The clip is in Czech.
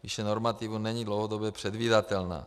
Výše normativů není dlouhodobě předvídatelná.